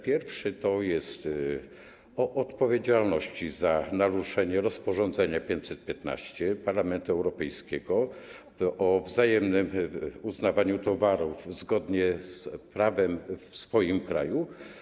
Pierwszy dotyczy odpowiedzialności za naruszenie rozporządzenia 515 Parlamentu Europejskiego o wzajemnym uznawaniu towarów zgodnie z prawem w swoim kraju.